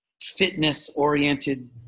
fitness-oriented